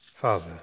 Father